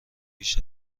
بیش